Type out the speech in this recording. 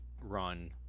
run